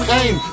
aim